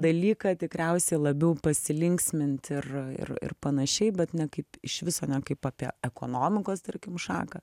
dalyką tikriausiai labiau pasilinksmint ir ir ir panašiai bet ne kaip iš viso ne kaip apie ekonomikos tarkim šaką